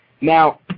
Now